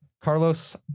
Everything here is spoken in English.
Carlos